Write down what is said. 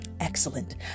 Excellent